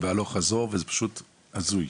ובהלוך חזור וזה פשוט הזוי.